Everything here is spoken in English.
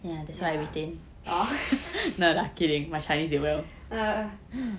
ya oh err